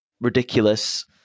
ridiculous